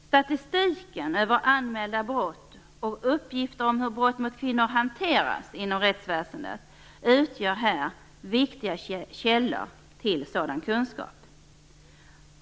Statistiken över anmälda brott och uppgifter om hur brott mot kvinnor hanteras inom rättsväsendet utgör viktiga källor till sådan kunskap.